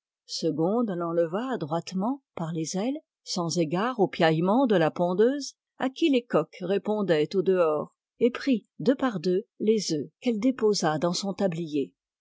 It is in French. segonde l'enleva adroitement par les ailes sans égard aux piaillements de la pondeuse à qui les coqs répondaient au dehors et prit deux par deux les œufs qu'elle déposa dans son tablier